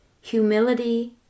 humility